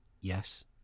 Yes